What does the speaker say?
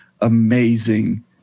amazing